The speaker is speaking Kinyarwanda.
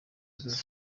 birori